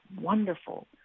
wonderful